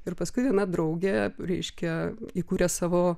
ir paskui viena draugė ap reiškia įkūrė savo